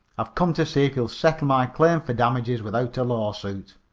i've come t' see if ye'll settle my claim fer damages without a lawsuit.